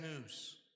news